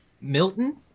milton